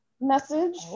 message